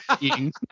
eating